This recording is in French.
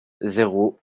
zéro